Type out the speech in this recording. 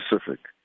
specific